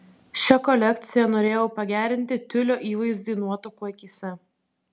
šia kolekcija norėjau pagerinti tiulio įvaizdį nuotakų akyse